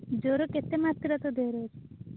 ଜ୍ୱର କେତେ ମାତ୍ରାରେ ତୋ ଦେହରେ ଅଛି